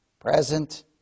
present